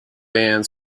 band